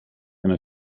eine